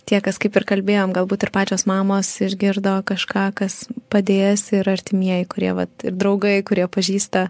tie kas kaip ir kalbėjom galbūt ir pačios mamos išgirdo kažką kas padės ir artimieji kurie vat ir draugai kurie pažįsta